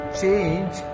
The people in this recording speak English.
change